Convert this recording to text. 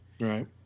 Right